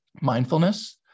mindfulness